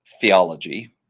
theology